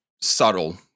subtle